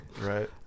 Right